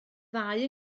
ddau